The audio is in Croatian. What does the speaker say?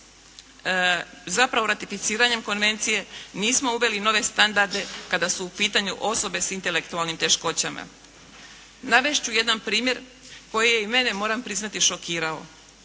zapravo ratificiranjem Konvencije nismo uveli nove standarde kada su u pitanju osobe sa intelektualnim teškoćama. Navesti ću jedan primjere koji je i mene moram priznati šokirao.